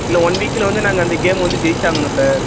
இல்லை ஒன் வீக்கில் வந்து நாங்கள் அந்த கேம்மை வந்து ஜெயிச்சாகணும் சார்